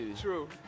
True